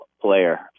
player